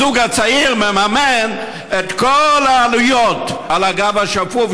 הזוג הצעיר מממן את כל העלויות על הגב השפוף